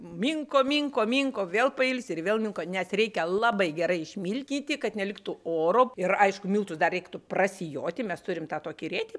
minko minko minko vėl pailsi ir vėl minko nes reikia labai gerai išmilkyti kad neliktų oro ir aišku miltus dar reiktų prasijoti mes turim tą tokį rėtį